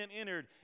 entered